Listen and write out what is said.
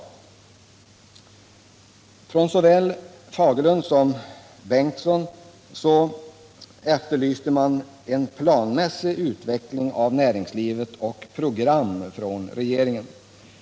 Torsdagen den Såväl Bengt Fagerlund som Ingemund Bengtsson efterlyste en plan 8 december 1977 mässig utveckling av näringslivet och program från regeringen.